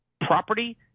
property